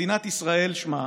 מדינת ישראל שמה,